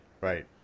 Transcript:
Right